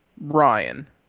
Ryan